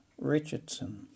Richardson